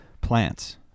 plants